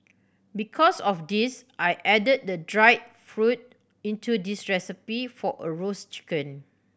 because of this I added the dried fruit into this recipe for a roast chicken